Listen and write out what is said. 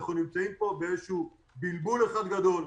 אנחנו נמצאים פה בבלבול אחד גדול,